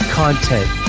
content